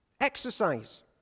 Exercise